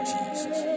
Jesus